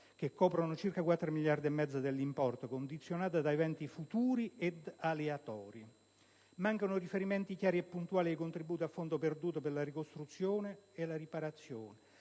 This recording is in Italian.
che coprono circa 4,5 miliardi dell'importo), condizionate da eventi futuri ed aleatori. Mancano riferimenti chiari e puntuali ai contributi a fondo perduto per la ricostruzione e la riparazione.